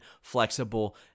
flexible